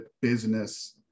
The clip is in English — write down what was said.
business